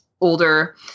older